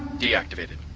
deactivated.